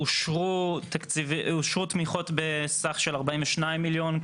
אושרו תמיכות בסך של 42 מיליון,